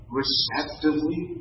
receptively